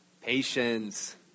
Patience